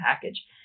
package